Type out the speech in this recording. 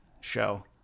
show